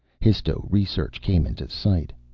histo-research came into sight.